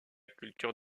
culture